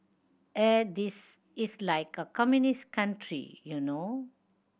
eh this is like a communist country you know